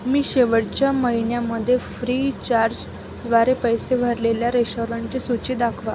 मी शेवटच्या महिन्यामध्ये फ्रीचार्ज द्वारे पैसे भरलेल्या रेशॉरंटची सूची दाखवा